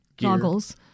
goggles